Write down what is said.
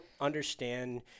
understand